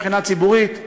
מבחינה ציבורית,